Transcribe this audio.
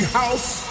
house